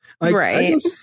Right